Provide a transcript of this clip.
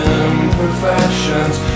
imperfections